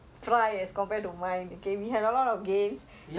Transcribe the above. ya ya but you had beyblade meh